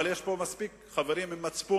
אבל יש פה מספיק חברים עם מצפון,